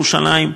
לירושלים,